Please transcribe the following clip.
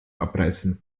abreißen